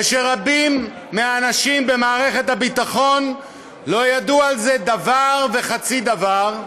ורבים מהאנשים במערכת הביטחון לא ידעו על זה דבר וחצי דבר,